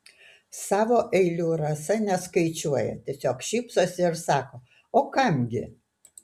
savo eilių rasa neskaičiuoja tiesiog šypsosi ir sako o kam gi